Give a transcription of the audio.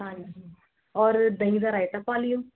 ਹਾਂਜੀ ਔਰ ਦਹੀਂ ਦਾ ਰਾਇਤਾ ਪਾ ਲਿਓ